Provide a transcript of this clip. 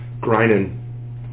grinding